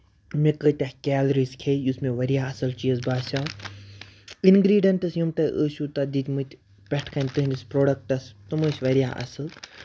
مےٚ کۭتیٛاہ کیلریٖز کھٮ۪یہِ یُس مےٚ واریاہ اَصٕل چیٖز باسیو اِنگریٖڈینٛٹٔس یِم تہِ ٲسِو تۅہہِ دِتۍ مٕتۍ پیٚٹھٕ کَنۍ تُہُنٛدِس پرٛوڈَکٹَس تِم ٲسۍ واریاہ اَصٕل